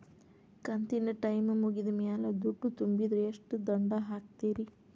ಕಂತಿನ ಟೈಮ್ ಮುಗಿದ ಮ್ಯಾಲ್ ದುಡ್ಡು ತುಂಬಿದ್ರ, ಎಷ್ಟ ದಂಡ ಹಾಕ್ತೇರಿ?